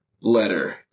letter